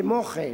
כמו כן,